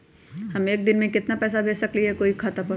हम एक दिन में केतना पैसा भेज सकली ह कोई के खाता पर?